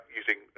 using